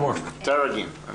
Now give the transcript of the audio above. אני